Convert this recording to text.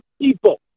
people